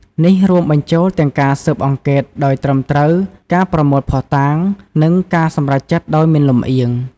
នេះរួមបញ្ចូលទាំងការស៊ើបអង្កេតដោយត្រឹមត្រូវ ការប្រមូលភស្តុតាង និងការសម្រេចចិត្តដោយមិនលំអៀង។